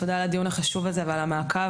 תודה על הדיון החשוב הזה ועל המעקב,